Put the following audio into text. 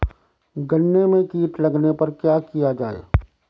गन्ने में कीट लगने पर क्या किया जाये?